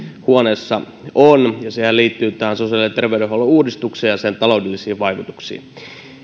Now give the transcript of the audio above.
huoneessa on ja sehän liittyy sosiaali ja terveydenhuollon uudistukseen ja sen taloudellisiin vaikutuksiin